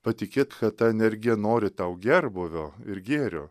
patikėt kad ta energija nori tau gerbūvio ir gėrio